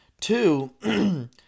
Two